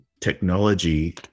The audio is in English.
technology